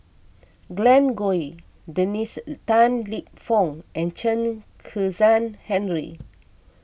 Glen Goei Dennis Tan Lip Fong and Chen Kezhan Henri